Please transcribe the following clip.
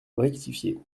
rectifié